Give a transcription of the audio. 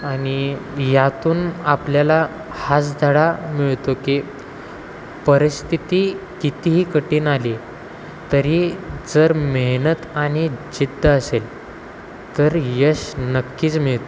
आणि यातून आपल्याला हाच धडा मिळतो की परिस्थिती कितीही कठीण आली तरी जर मेहनत आणि जिद्द असेल तर यश नक्कीच मिळते